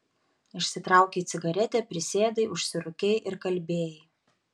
išsitraukei cigaretę prisėdai užsirūkei ir kalbėjai